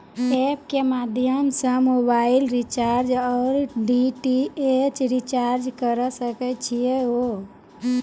App के माध्यम से मोबाइल रिचार्ज ओर डी.टी.एच रिचार्ज करऽ सके छी यो?